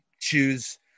choose